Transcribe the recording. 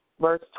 verse